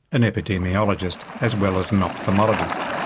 an epidemiologist as well as an ophthalmologist.